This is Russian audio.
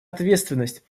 ответственность